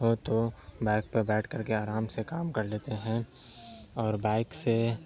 ہو تو بائک پہ بیٹھ کر کے آرام سے کام کر لیتے ہیں اور بائک سے